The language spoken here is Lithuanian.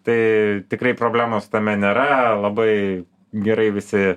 tai tikrai problemos tame nėra labai gerai visi